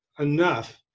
enough